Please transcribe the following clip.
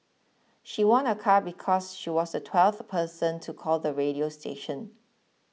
she won a car because she was the twelfth person to call the radio station